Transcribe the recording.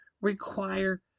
require